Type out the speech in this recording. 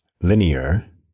Linear